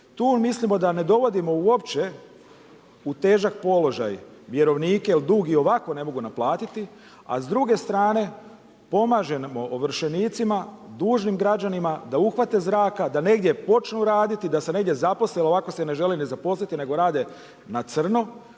Tu mislimo da ne dovodimo uopće u težak položaj vjerovnike jer dug i ovako ne mogu naplatiti. A s druge strane pomažemo ovršenicima, dužnim građanima da uhvate zraka, da negdje počnu raditi, da se negdje zaposle jer ovako se ne žele ni zaposliti nego rade na crno,